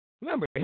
Remember